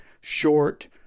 short